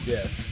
Yes